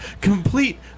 Complete